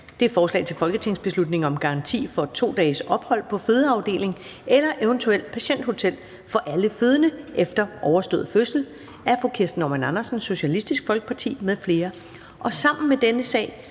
B 159: Forslag til folketingsbeslutning om garanti for 2 dages ophold på fødeafdeling eller eventuelt patienthotel for alle fødende efter overstået fødsel. Af Kirsten Normann Andersen (SF) m.fl. (Fremsættelse 23.02.2021). Sammen med dette